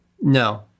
No